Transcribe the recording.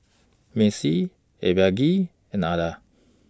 Macey Abigayle and Ardath